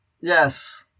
Yes